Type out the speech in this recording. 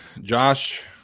josh